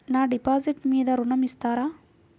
నా డిపాజిట్ మీద ఋణం ఇస్తారా?